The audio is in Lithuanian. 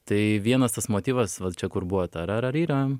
tai vienas tas motyvas va čia kur buvo ta ra ra ry ra